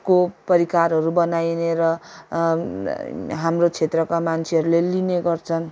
को परिकारहरू बनाइने र हाम्रो क्षेत्रका मान्छेहरूले लिने गर्छन्